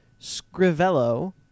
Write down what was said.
Scrivello